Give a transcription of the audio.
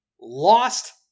Lost